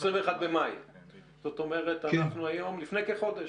זאת אומרת, לפני כחודש.